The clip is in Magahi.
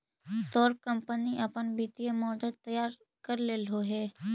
तोर कंपनी अपन वित्तीय मॉडल तैयार कर लेलो हे?